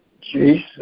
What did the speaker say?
Jesus